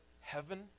heaven